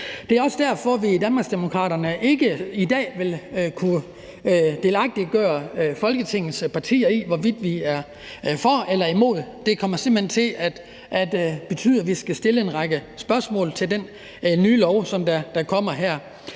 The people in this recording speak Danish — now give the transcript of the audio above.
Det er også derfor, at vi i Danmarksdemokraterne ikke i dag vil kunne delagtiggøre Folketingets partier i, hvorvidt vi er for eller imod. Det kommer simpelt hen til at betyde, at vi skal stille en række spørgsmål om den nye lov, der er